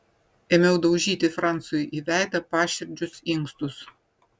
ėmiau daužyti francui į veidą paširdžius inkstus